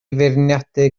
feirniadu